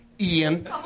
Ian